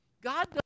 God